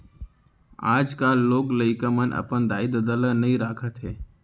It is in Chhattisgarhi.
आजकाल लोग लइका मन अपन दाई ददा ल नइ राखत हें